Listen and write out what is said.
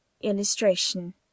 Illustration